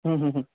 ہوں ہوں ہوں